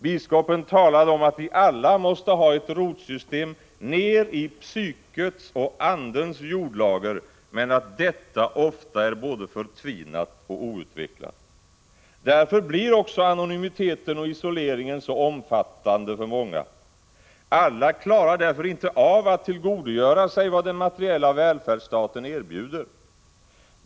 Biskopen talade om att vi alla måste ha ett rotsystem ner i psykets och andens jordlager men att detta ofta är både förtvinat och outvecklat. Därför blir också anonymiteten och isoleringen så omfattande för många. Alla klarar därför inte av att tillgodogöra sig vad den materiella välfärdsstaten erbjuder.